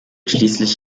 schließlich